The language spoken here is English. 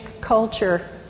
culture